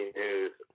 news